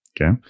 Okay